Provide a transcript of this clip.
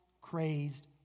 crazed